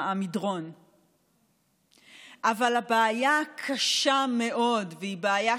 איך את מעיזה,